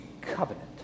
covenant